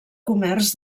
comerç